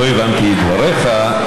לא הבנתי את דבריך.